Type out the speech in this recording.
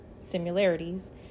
similarities